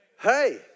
Hey